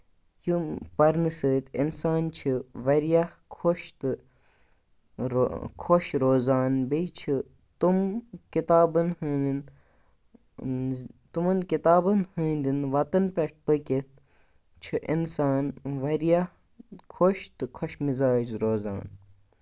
یِم پَرنہٕ سۭتۍ اِنسان چھِ واریاہ خۄش تہٕ خۄش روزان بیٚیہِ چھِ تِم کِتابَن ہٕنٛدٮ۪ن تِمَن کِتابَن ہٕنٛدٮ۪ن وَتَن پٮ۪ٹھ پٔکِتھ چھِ اِنسان واریاہ خۄش تہٕ خۄش مِزاج روزان